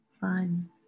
Fun